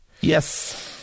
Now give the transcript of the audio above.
Yes